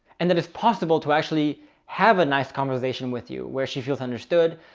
and that it's possible to actually have a nice conversation with you where she feels understood,